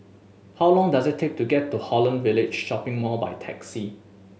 how long does it take to get to Holland Village Shopping Mall by taxi